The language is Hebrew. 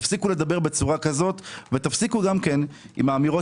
תפסיקו לדבר בצורה כזאת ותפסיקו גם עם האמירות